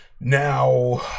now